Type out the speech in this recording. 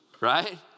right